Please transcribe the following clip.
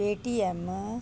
Paytm